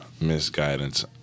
misguidance